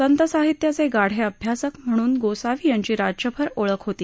सप्तिसाहित्याचे गाढे अभ्यासक म्हणूनही गोसावी याहीी राज्यभर ओळख होती